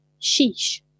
Sheesh